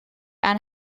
aan